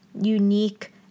unique